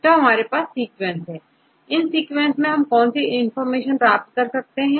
तो हमारे पास सीक्वेंस है इन सीक्वेंस से हम कौन सी इंफॉर्मेशन प्राप्त कर सकते हैं